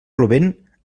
plovent